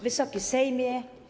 Wysoki Sejmie!